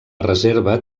reserva